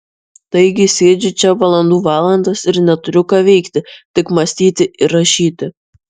taigi sėdžiu čia valandų valandas ir neturiu ką veikti tik mąstyti ir rašyti